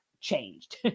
changed